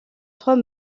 trois